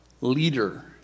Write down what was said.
leader